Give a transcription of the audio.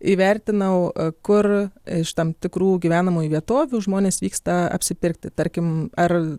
įvertinau kur iš tam tikrų gyvenamųjų vietovių žmonės vyksta apsipirkti tarkim ar